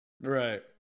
Right